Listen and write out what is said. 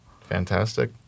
Fantastic